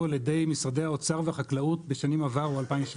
על ידי משרדי האוצר והחקלאות בשנים עברו 2017,